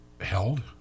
held